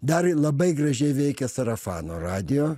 dar jį labai gražiai veikė sarafano radijo